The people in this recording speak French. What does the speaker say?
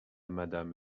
madame